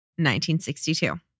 1962